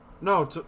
No